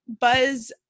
Buzz